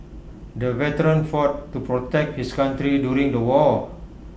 the veteran fought to protect his country during the war